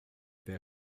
their